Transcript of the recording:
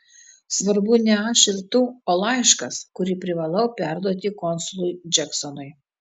svarbu ne aš ir tu o laiškas kurį privalau perduoti konsului džeksonui